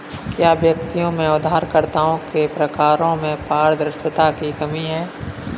क्या व्यक्तियों में उधारकर्ताओं के प्रकारों में पारदर्शिता की कमी है?